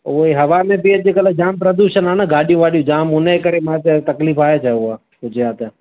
उहो ई हवा में बि अॼुकल्ह जामु प्रदूषण आहे न गाॾियूं वाॾियूं जामु हुन ई करे मां चयो तकलीफ़ु आहे छा उहा हुजे आ त